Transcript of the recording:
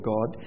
God